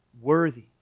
worthy